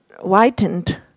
whitened